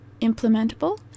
implementable